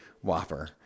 Whopper